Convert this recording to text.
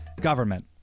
government